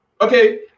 okay